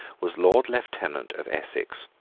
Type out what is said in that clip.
was lord lieutenant of essex,